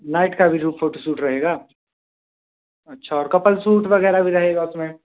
night का भी जो फोटोसूट रहेगा अच्छा और कपल सूट वगैरह भी रहेगा उसमें